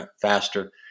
faster